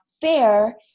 fair